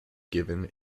given